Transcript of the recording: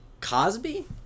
Cosby